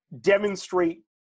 demonstrate